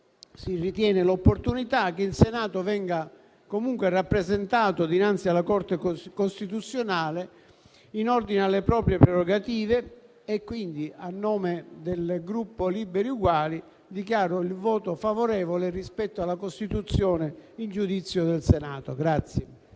si ravvede l'opportunità che il Senato venga comunque rappresentato dinanzi alla Corte costituzionale in ordine alle proprie prerogative e quindi, a nome del Gruppo Liberi e Uguali, annuncio il voto favorevole rispetto alla costituzione in giudizio del Senato.